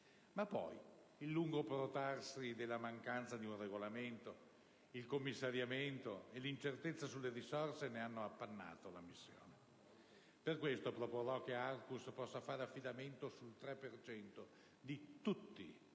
ma poi il lungo protrarsi della mancanza di un regolamento, il commissariamento e l'incertezza sulle risorse ne hanno appannato la missione. Per questo proporrò che Arcus possa fare affidamento sul 3 per cento di tutti